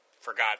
forgot